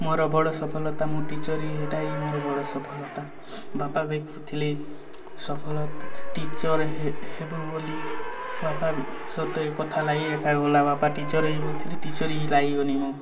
ମୋର ବଡ଼୍ ସଫଳତା ମୁଁ ଟିଚର୍ ହିଁ ହେଟା ହିଁ ମୋର ବଡ଼୍ ସଫଲତା ବାପା ବି କହୁଥିଲେ ସଫଳ ଟିଚର୍ ହେବୁ ବୋଲି ବାପା ସତେ କଥା ଲାଗି ଏକା ଗଲା ବାପା ଟିଚର୍ ହିଁ ହେବୁ ବୋଲିଥିଲେ ଟିଚର୍ ହିଁ ଲାଗିଗଲି ମୁଁ